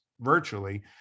virtually